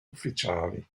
ufficiali